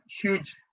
huge